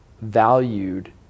valued